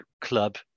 club